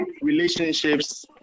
relationships